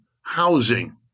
housing